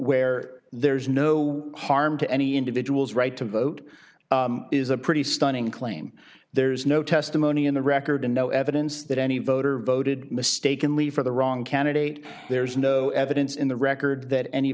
where there is no harm to any individual's right to vote is a pretty stunning claim there is no testimony in the record and no evidence that any voter voted mistakenly for the wrong candidate there is no evidence in the record that any